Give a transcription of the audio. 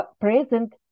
present